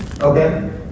Okay